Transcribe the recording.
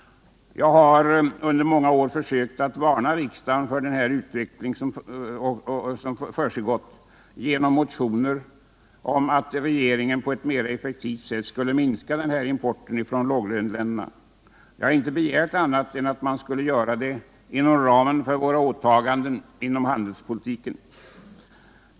Jag har under många år försökt att varna riksdagen för den utveckling som försiggått, bl.a. genom motioner om att regeringen på ett mer effektivt sätt skulle minska denna import från låglöneländerna. Jag har inte begärt annat än att man skulle göra det inom ramen för våra åtaganden inom handelspolitiken.